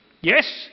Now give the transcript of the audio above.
Yes